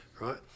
right